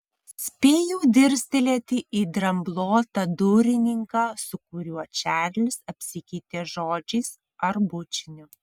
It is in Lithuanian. spėjau dirstelėti į dramblotą durininką su kuriuo čarlis apsikeitė žodžiais ar bučiniu